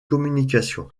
communications